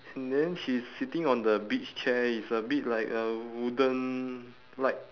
and then she's sitting on the beach chair it's a bit like uh wooden like